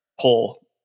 pull